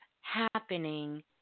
happening